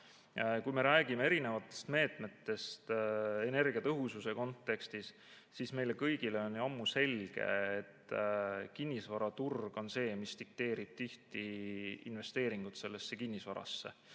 Kui me räägime erinevatest meetmetest energiatõhususe kontekstis, siis meile kõigile on ammu selge, et kinnisvaraturg on see, mis dikteerib tihti investeeringud kinnisvarasse.